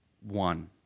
one